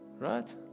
Right